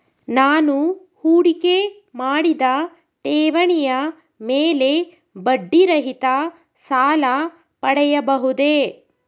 ನಾನು ಹೂಡಿಕೆ ಮಾಡಿದ ಠೇವಣಿಯ ಮೇಲೆ ಬಡ್ಡಿ ರಹಿತ ಸಾಲ ಪಡೆಯಬಹುದೇ?